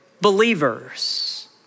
believers